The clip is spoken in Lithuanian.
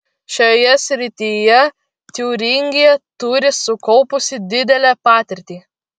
šioje srityje tiūringija turi sukaupusi didelę patirtį